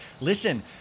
listen